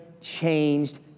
changed